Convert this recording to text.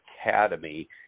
academy